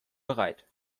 bereit